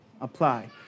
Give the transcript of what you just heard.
apply